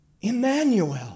Emmanuel